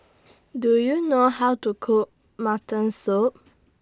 Do YOU know How to Cook Mutton Soup